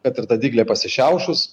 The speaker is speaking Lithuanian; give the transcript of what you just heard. kad ir ta dyglė pasišiaušus